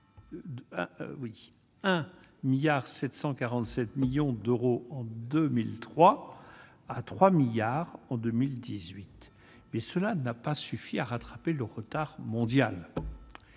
747 millions d'euros en 2003 à 3 milliards en 2018, mais cela n'a pas suffi à rattraper leur retard mondial